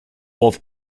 both